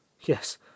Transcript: yes